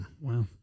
Wow